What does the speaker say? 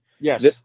yes